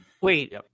Wait